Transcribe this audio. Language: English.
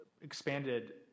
expanded